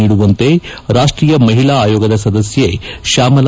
ನೀಡುವಂತೆ ರಾಷ್ಟೀಯ ಮಹಿಳಾ ಆಯೋಗದ ಸದಸ್ಯೆ ಶ್ಯಾಮಲ